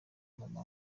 mama